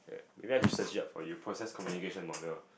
maybe I should search it up for you process communication model